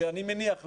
שאני מניח,